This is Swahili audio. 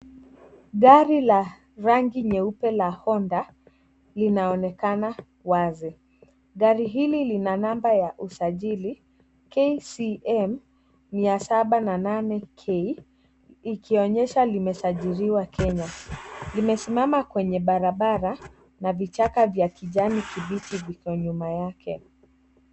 Gari la rangi nyeupe la honda linaonekana wazi gari hili lina namba ya usajili KCM 708K ikionyesha limesajiliwa Kenya. Limesimama kwenye barabara na vichaka vya kijani kibichi viko nyuma yake.